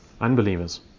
unbelievers